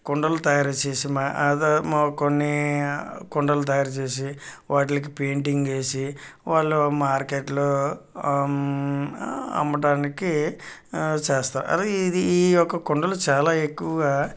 కుండలు తయారు చేసి మా కొన్ని కుండలు తయారు చేసి వాటికి పెయింటింగ్ వేసి వాళ్ళు మార్కెట్లో అమ్ అమ్మడానికి చేస్తారు అదే ఈ యొక్క కుండలు చాలా ఎక్కువగా